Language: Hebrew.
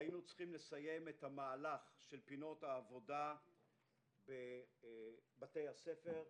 היינו צריכים לסיים את המהלך של פינות העבודה בבתי הספר.